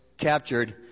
captured